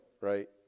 right